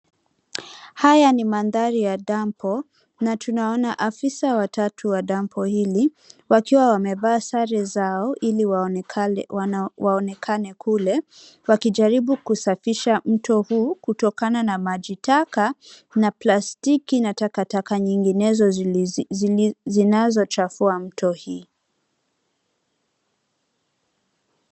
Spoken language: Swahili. Haya ni mandhari ya dampu na tunaona afisa watatu wa dampu hili wakiwa wamevaa sare zao ili waonekane kule wakijaribu kusafisha mto huu kutokana na maji taka, na plastiki na takataka nyingine zinazochafua mto hii.